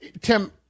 Tim